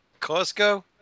Costco